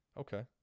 okay